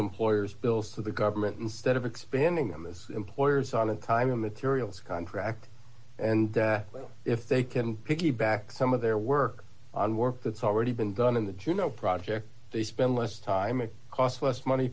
employer's bills to the government instead of expanding them as employers on in time and materials contract and that if they can piggyback some of their work on work that's already been done in the juno project they spend less time and cost less money